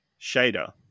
Shader